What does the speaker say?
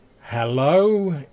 hello